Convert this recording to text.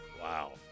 Wow